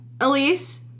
Elise